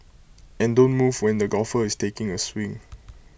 and don't move when the golfer is taking A swing